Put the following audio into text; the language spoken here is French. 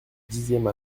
dixième